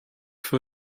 for